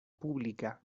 pública